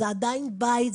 זה עדיין בית,